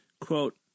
Quote